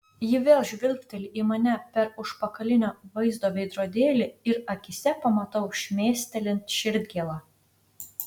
ji vėl žvilgteli į mane per užpakalinio vaizdo veidrodėlį ir akyse pamatau šmėstelint širdgėlą